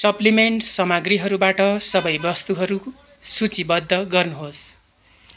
supplement सामग्रीहरूबाट सबै वस्तुहरू सूचीबद्ध गर्नुहोस्